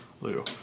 Lou